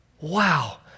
Wow